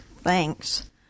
Thanks